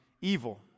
evil